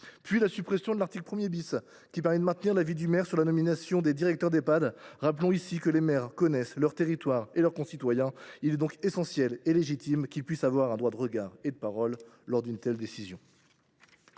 à la suppression de l’article 1 , qui permet de maintenir l’avis du maire sur la nomination des directeurs d’Ehpad. Rappelons ici que les maires connaissent leur territoire et leurs concitoyens. Il est donc essentiel et légitime qu’ils puissent avoir un droit de regard et de parole lors d’une telle décision.